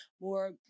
more